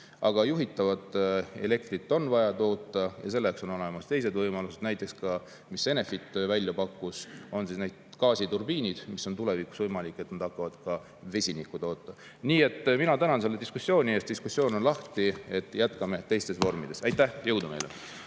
Aga juhitavat elektrit on vaja toota ja selleks on olemas teised võimalused, näiteks ka see, mis Enefit välja pakkus: gaasiturbiinid, mille puhul on tulevikus võimalik, et nad hakkavad ka vesinikku tootma. Nii et mina tänan selle diskussiooni eest. Diskussioon on lahti, jätkame teistes vormides. Aitäh! Jõudu meile!